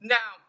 Now